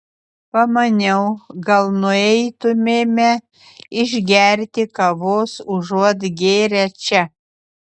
pamaniau gal nueitumėme išgerti kavos užuot gėrę čia